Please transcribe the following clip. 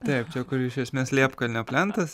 taip čia kur iš esmės liepkalnio plentas